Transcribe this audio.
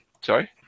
Sorry